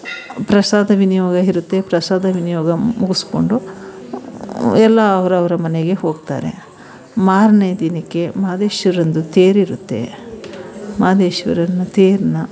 ಪ್ರಸಾದ ವಿನಿಯೋಗ ಇರುತ್ತೆ ಪ್ರಸಾದ ವಿನಿಯೋಗ ಮುಗಿಸ್ಕೊಂಡು ಎಲ್ಲ ಅವರವ್ರ ಮನೆಗೆ ಹೋಗ್ತಾರೆ ಮಾರನೆ ದಿನಕ್ಕೆ ಮಹದೇಶ್ವರಂದು ತೇರಿರುತ್ತೆ ಮಹದೇಶ್ವರನ ತೇರನ್ನ